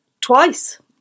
twice